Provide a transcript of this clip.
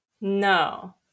No